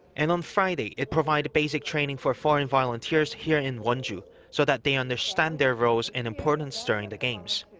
and on friday, it provided basic training for foreign volunteers here in wonju, so that they understand their roles and importance during the games.